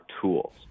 tools